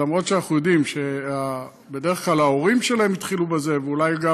אף שאנחנו יודעים שבדרך כלל ההורים שלהם התחילו בזה ואולי גם